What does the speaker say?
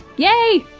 yay!